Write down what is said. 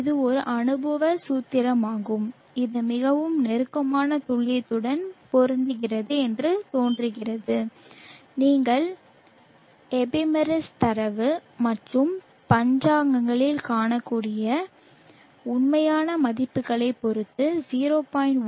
இது ஒரு அனுபவ சூத்திரமாகும் இது மிகவும் நெருக்கமான துல்லியத்துடன் பொருந்துகிறது என்று தோன்றுகிறது நீங்கள் எபிமெரிஸ் தரவு அல்லது பஞ்சாங்கங்களில் காணக்கூடிய உண்மையான மதிப்புகளைப் பொறுத்து 0